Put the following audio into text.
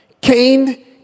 Cain